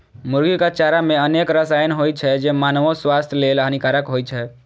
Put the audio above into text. मुर्गीक चारा मे अनेक रसायन होइ छै, जे मानवो स्वास्थ्य लेल हानिकारक होइ छै